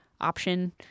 option